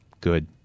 good